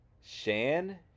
Shan